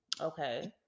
Okay